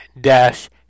dash